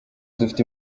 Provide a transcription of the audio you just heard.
dufite